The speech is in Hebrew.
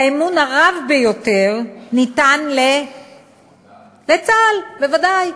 האמון הרב ביותר ניתן לצה"ל, בוודאי.